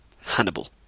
Hannibal